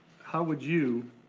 how would you,